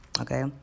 Okay